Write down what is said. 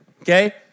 okay